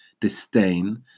disdain